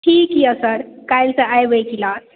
ठीक छै सर काल्हिसँ एबै क्लास